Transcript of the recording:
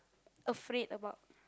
afraid about